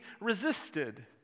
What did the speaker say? resisted